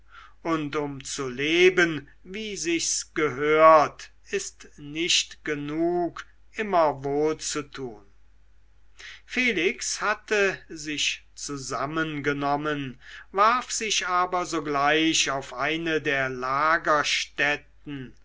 und um zu leben wie sich's gehört ist nicht genug immer wohlzutun felix hatte sich zusammengenommen warf sich aber sogleich auf eine der lagerstätten